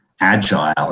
agile